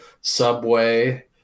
Subway